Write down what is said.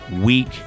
weak